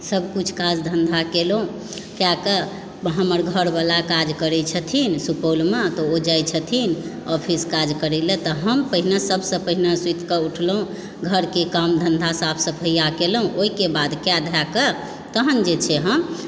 सब किछु काज धन्धा कयलहुँ कए कऽ हमर घरवला काज करै छथिन सुपौलमे तऽ ओ जाइ छथिन ऑफिस काज करै लए तऽ हम पहिने सबसँ पहिने सुति कऽ उठलहुँ घरके काम धन्धा साफ सफाइ कयलहुँ ओहिके बाद कए धए कऽ तहन जे छै हम